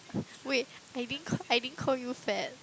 wait I didn't ca~ I didn't call you fat